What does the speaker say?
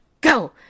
go